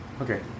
Okay